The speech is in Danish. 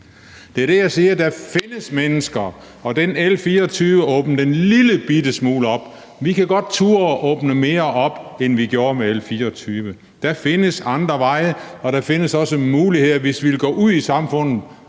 Det er det, jeg siger – der findes mennesker, der kan det, og L 25 åbnede en lillebitte smule op. Og lad os turde åbne mere op, end vi gjorde med L 25. Der findes andre veje, og der findes også muligheder, hvis vi vil gå ud i samfundet